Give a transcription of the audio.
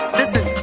listen